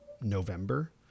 November